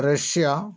Russia